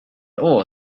all